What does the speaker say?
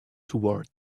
toward